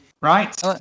Right